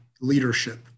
leadership